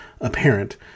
apparent